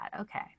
Okay